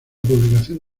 publicación